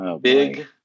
Big